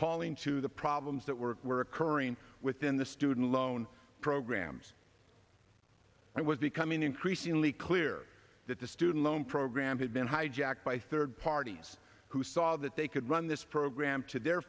calling to the problems that were were occurring within the student loan programs it was becoming increasingly clear that the student loan program had been hijacked by third parties who saw that they could run this program to their